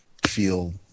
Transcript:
feel